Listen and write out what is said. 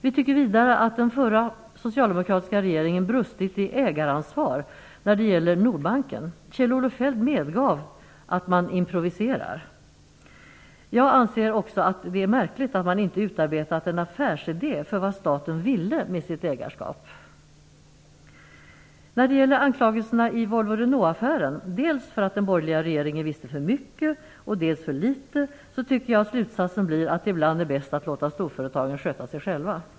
Vi tycker vidare att den förra socialdemokratiska regeringen har brustit i ägaransvar när det gäller Nordbanken. Kjell-Olof Feldt medgav att man improviserade. Jag anser också att det är märkligt att man inte utarbetade en affärsidé för vad staten ville med sitt ägarskap. När det gäller anklagelserna i Volvo-Renaultaffären, dels för att den borgerliga regeringen visste för mycket och dels för att man visste för litet, tycker jag att slutsatsen blir att det ibland är bäst att låta storföretagen sköta sig själva.